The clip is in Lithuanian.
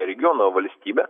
regiono valstybę